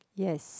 yes